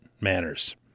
manners